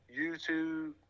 YouTube